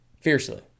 Fiercely